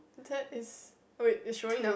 that is wait it's showing now